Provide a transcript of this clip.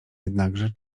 jednakże